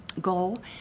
goal